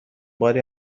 باری